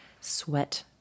sweat